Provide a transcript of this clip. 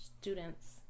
students